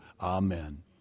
Amen